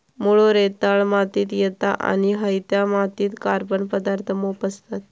मुळो रेताळ मातीत येता आणि हयत्या मातीत कार्बन पदार्थ मोप असतत